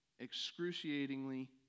excruciatingly